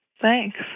Thanks